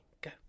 go